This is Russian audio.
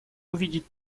увидеть